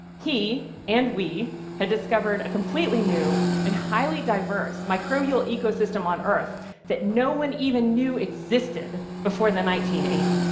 he, and we, had discovered a completely new and highly diverse microbial ecosystem on earth that no one even knew existed before the nineteen eighty s.